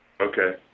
Okay